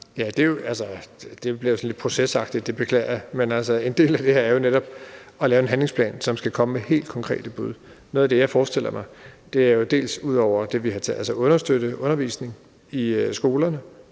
det beklager jeg, men en del af det her er jo netop at lave en handlingsplan, som skal komme med helt konkrete bud. Noget af det, jeg forestiller mig, er – ud over det, vi har talt om – at understøtte undervisning i skolerne